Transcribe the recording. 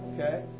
okay